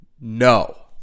No